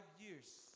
years